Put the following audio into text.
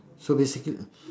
so basically